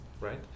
right